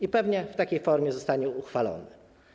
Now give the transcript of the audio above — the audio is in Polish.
I pewnie w takiej formie zostanie uchwalony.